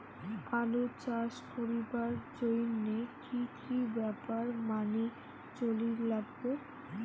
আলু চাষ করিবার জইন্যে কি কি ব্যাপার মানি চলির লাগবে?